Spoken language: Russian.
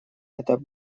это